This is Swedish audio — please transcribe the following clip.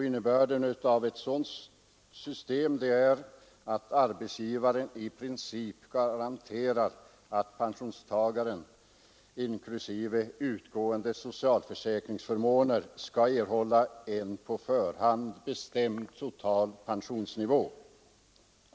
Innebörden av ett sådant system är att arbetsgivaren i princip garanterar att pensionstagaren skall inklusive utgående socialförsäkringsförmåner erhålla en på förhand bestämd total pensionsnivå.